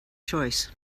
choice